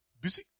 Busy